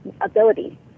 ability